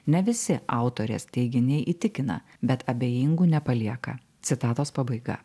ne visi autorės teiginiai įtikina bet abejingų nepalieka citatos pabaiga